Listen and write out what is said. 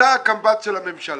אתה הקמב"ץ של הממשלה.